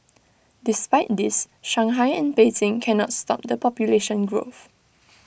despite this Shanghai and Beijing cannot stop the population growth